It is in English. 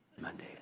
Monday